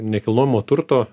nekilnojamo turto